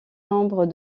nombre